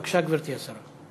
בבקשה, גברתי השרה.